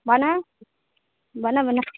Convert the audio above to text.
भन भन भन